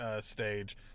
stage